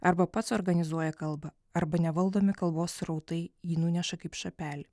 arba pats organizuoja kalba arba nevaldomi kalbos srautai jį nuneša kaip šapelį